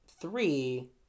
three